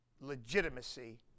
legitimacy